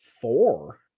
four